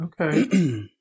Okay